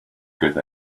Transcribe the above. good